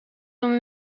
dan